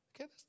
Okay